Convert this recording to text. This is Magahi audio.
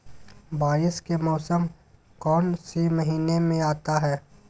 बारिस के मौसम कौन सी महीने में आता है?